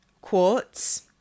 Quartz